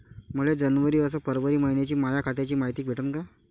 मले जनवरी अस फरवरी मइन्याची माया खात्याची मायती भेटन का?